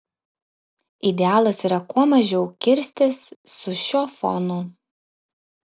idealas yra kuo mažiau kirstis su šiuo fonu